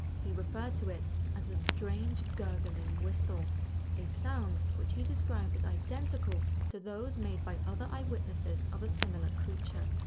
he referred to it as a strange, gurgling whistle a sound which he described as identical to those made by other eyewitnesses of a similar creature.